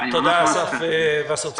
תודה, אסף ורסצוג.